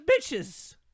bitches